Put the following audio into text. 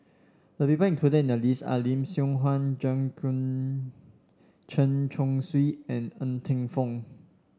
the people included in the list are Lim Siong Guan Chen Chong Swee and Ng Teng Fong